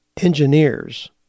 engineers